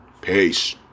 peace